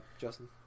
Justin